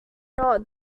not